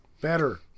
Better